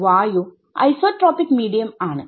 വായു ഐസൊട്രോപിക് മീഡിയംആണ്